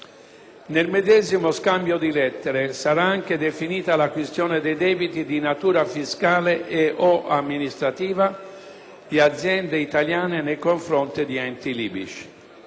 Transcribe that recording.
Nel medesimo scambio di lettere sarà anche definita la questione dei debiti di natura fiscale e/o amministrativa di aziende italiane nei confronti di enti libici.